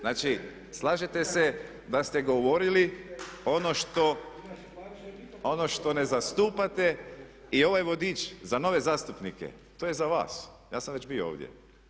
Znači, slažete se da ste govorili ono što ne zastupate i ovaj vodič za nove zastupnike, to je za vas, ja sam već bio ovdje.